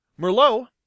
Merlot